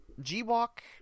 G-Walk